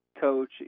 coach